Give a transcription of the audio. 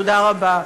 תודה רבה.